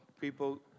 people